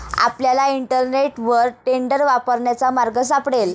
आपल्याला इंटरनेटवर टेंडर वापरण्याचा मार्ग सापडेल